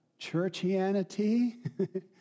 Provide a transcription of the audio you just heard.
churchianity